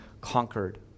conquered